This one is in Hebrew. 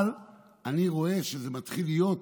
אבל אני רואה שזה מתחיל להיות,